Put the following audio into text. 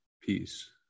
peace